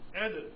added